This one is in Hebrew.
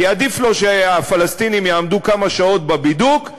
כי עדיף לו שהפלסטינים יעמדו כמה שעות בבידוק,